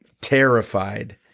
terrified